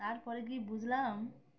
তারপরে কি বুঝলাম